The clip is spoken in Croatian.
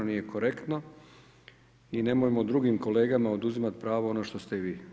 Nije korektno i nemojmo drugim kolegama oduzimati pravo ono što ste i vi.